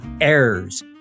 errors